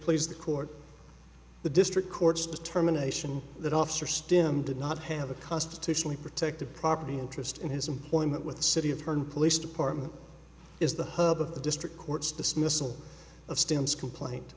please the court the district court's determination that officer stim did not have a constitutionally protected property interest in his employment with the city of one police department is the hub of the district court's dismissal of stan's complaint